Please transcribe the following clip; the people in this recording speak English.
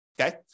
okay